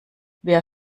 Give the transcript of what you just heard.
wer